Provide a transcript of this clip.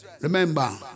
remember